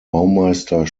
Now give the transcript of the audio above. baumeister